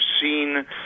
seen